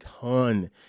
ton